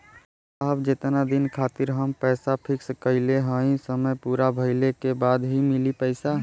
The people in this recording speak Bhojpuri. साहब जेतना दिन खातिर हम पैसा फिक्स करले हई समय पूरा भइले के बाद ही मिली पैसा?